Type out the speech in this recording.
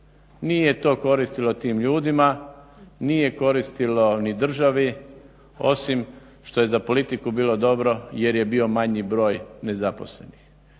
Nije to koristilo tim ljudima, nije koristilo ni državi osim što je za politiku bilo dobro jer je bio manji broj nezaposlenih.